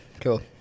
Cool